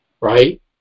right